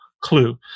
clue